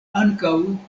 ankaŭ